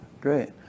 Great